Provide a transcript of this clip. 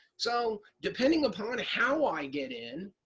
so, depending upon how i get in.